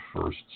first